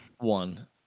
One